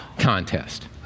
contest